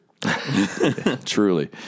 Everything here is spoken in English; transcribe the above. Truly